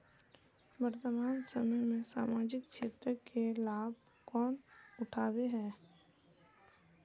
वर्तमान समय में सामाजिक क्षेत्र के लाभ कौन उठावे है?